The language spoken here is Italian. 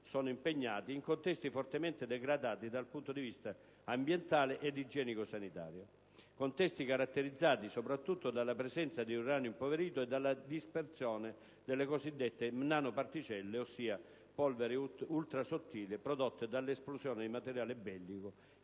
sono impegnati, in contesti fortemente degradati dal punto di vista ambientale ed igienico-sanitario; contesti caratterizzati, soprattutto, dalla presenza di uranio impoverito e dalla dispersione delle cosiddette nanoparticelle, ossia polveri ultrasottili prodotte dall'esplosione di materiale bellico